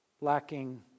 lacking